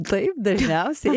taip dažniausiai